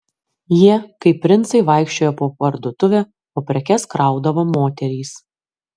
jie kaip princai vaikščiojo po parduotuvę o prekes kraudavo moterys